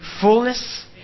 fullness